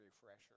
refresher